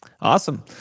awesome